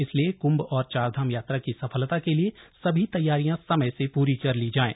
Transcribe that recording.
इसलिए क्म्भ और चारधाम यात्रा की सफलता के लिए सभी तैयारियां समय से पूरी कर ली जाएं